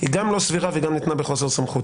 ההנחיה הזאת היא גם לא סבירה וגם ניתנה בחוסר סמכות,